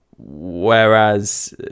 whereas